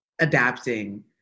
adapting